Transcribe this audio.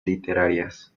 literarias